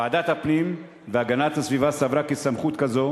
ועדת הפנים והגנת הסביבה סברה כי סמכות כזאת,